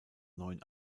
neuen